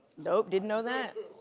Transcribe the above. nope, didn't know that.